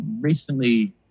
recently